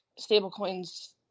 stablecoins